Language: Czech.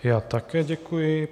Já také děkuji.